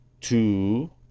two